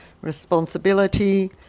responsibility